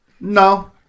No